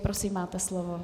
Prosím, máte slovo.